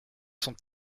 sont